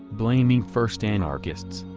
blaming first anarchists,